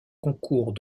concours